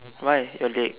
why your leg